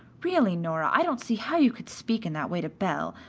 really, nora, i don't see how you could speak in that way to belle.